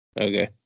Okay